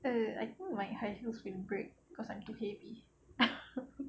err I feel like high heels will break cause I'm too heavy